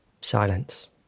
Silence